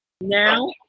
Now